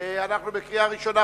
אנחנו בקריאה ראשונה,